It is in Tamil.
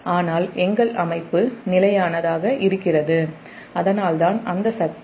ஆனால் எங்கள் அமைப்பு நிலையானதாக இருக்கிறது அதனால்தான் அந்த சக்தி